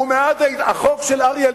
ומאז החוק של אריה אלדד,